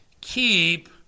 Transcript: keep